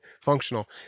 functional